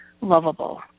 lovable